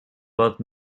both